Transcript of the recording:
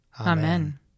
Amen